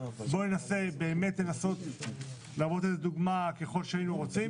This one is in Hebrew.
בואו ננסה לתת דוגמה ככל שהיינו רוצים,